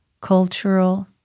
cultural